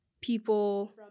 people